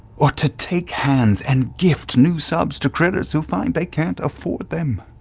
or to take hands and gift new subs to critters who find they can't afford them.